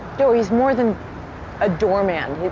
though. he's more than a doormat.